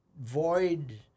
void